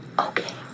Okay